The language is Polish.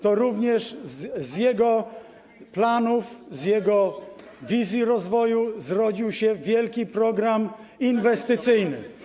To również z jego planów, z jego wizji rozwoju zrodził się wielki program inwestycyjny.